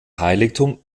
heiligtum